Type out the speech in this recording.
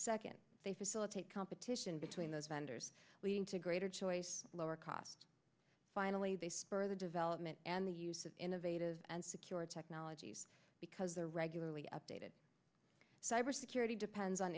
second they facilitate competition between those vendors leading to greater choice lower cost finally they spur the development and the use of innovative and secure technologies because a regularly updated cyber security depends on